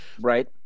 Right